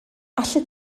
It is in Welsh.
allet